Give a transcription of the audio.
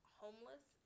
homeless